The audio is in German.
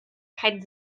kein